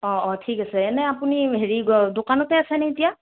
অঁ অঁ ঠিক আছে এনে আপুনি হেৰি দোকানতে আছেনে এতিয়া